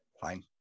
fine